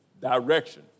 direction